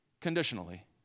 conditionally